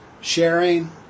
sharing